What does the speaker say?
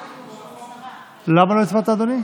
מי בעד?